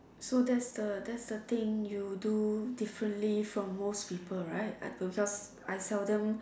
so that's the that's the thing you do differently from most people right I could just I seldom